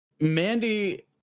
Mandy